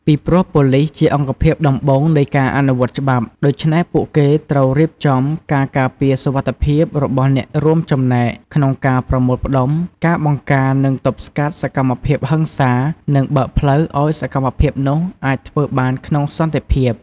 ពីព្រោះ ប៉ូលិសជាអង្គភាពដំបូងនៃការអនុវត្តច្បាប់ ដូច្នេះពួកគេត្រូវរៀបចំការការពារសុវត្ថិភាពរបស់អ្នករួមចំណែកក្នុងការប្រមូលផ្ដុំ ការបង្ការនឹងទប់ស្កាត់សកម្មភាពហិង្សា និងបើកផ្លូវឱ្យសកម្មភាពនោះអាចធ្វើបានក្នុងសន្តិភាព។